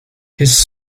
his